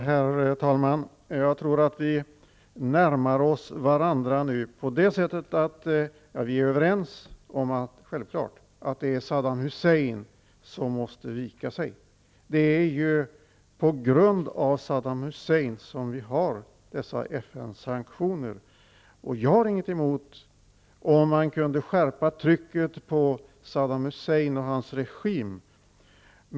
Herr talman! Jag tror att vi nu närmar oss varandra. Vi är ju, självklart är det så, överens om att det är Saddam Hussein som måste ge vika. Det är ju på grund av Saddam Hussein som vi har dessa FN sanktioner. Jag har inget emot en skärpning av trycket på Saddam Hussein och hans regim.